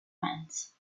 fans